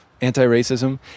anti-racism